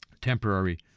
temporary